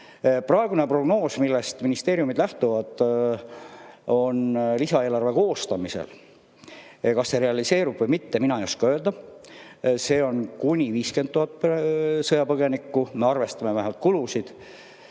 Praegune prognoos, millest ministeeriumid lähtuvad, on tehtud lisaeelarve koostamisel. Kas see realiseerub või mitte, ma ei oska öelda, aga see on kuni 50 000 sõjapõgenikku, me arvestame vähemalt kulusid